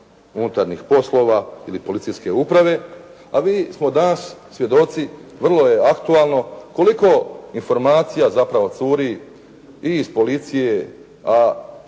unutarnjih poslova ili policijske uprave a mi smo danas svjedoci vrlo je aktualno, koliko informacija zapravo curi i iz policije a